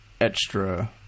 extra